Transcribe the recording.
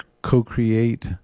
co-create